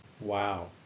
Wow